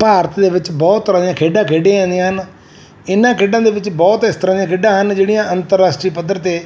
ਭਾਰਤ ਦੇ ਵਿੱਚ ਬਹੁਤ ਤਰ੍ਹਾਂ ਦੀਆਂ ਖੇਡਾਂ ਖੇਡੀਆਂ ਜਾਂਦੀਆਂ ਹਨ ਇਹਨਾਂ ਖੇਡਾਂ ਦੇ ਵਿੱਚ ਬਹੁਤ ਇਸ ਤਰ੍ਹਾਂ ਦੀਆਂ ਖੇਡਾਂ ਹਨ ਜਿਹੜੀਆਂ ਅੰਤਰਰਾਸ਼ਟਰੀ ਪੱਧਰ 'ਤੇ